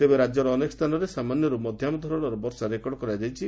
ତେବେ ରାକ୍ୟର ଅନେକ ସ୍ଚାନରେ ସାମାନ୍ୟରୁ ମଧ୍ଧମ ଧରଶର ବର୍ଷା ରେକର୍ଡ କରାଯାଇଛି